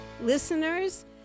listeners